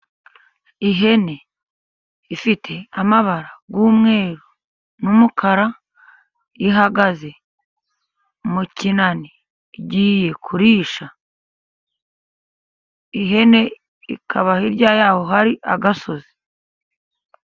Ihene ifite amabara y'umweru, n'umukara. Ihagaze mu kinani igiye kurisha. Ihene ikaba hirya yaho hari agasozi.